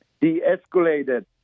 De-escalated